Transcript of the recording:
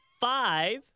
five